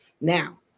Now